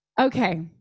Okay